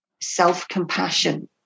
self-compassion